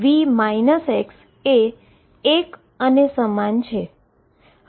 V અને V એ એક અને સમાન છે